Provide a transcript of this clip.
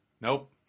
nope